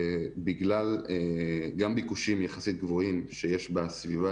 בגלל גם ביקושים יחסית גבוהים שיש בסביבה